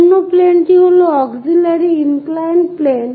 অন্য প্লেনটি হল অক্সিলিয়ারি ইনক্লাইড প্লেন